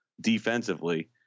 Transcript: defensively